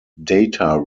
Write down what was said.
data